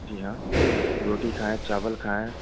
जी हाँ रोटी खाएँ चावल खाएँ